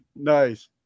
Nice